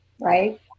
right